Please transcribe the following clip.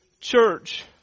Church